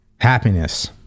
happiness